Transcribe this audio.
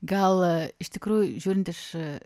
gal iš tikrųjų žiūrint iš